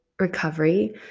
recovery